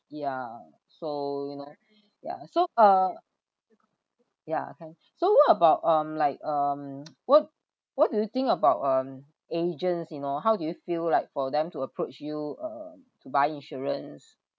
ya so you know yeah so uh ya okay so what about um like um what what do you think about um agents you know how do you feel like for them to approach you uh to buy insurance